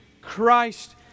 Christ